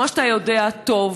כמו שאתה יודע טוב,